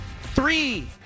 Three